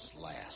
last